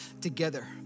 together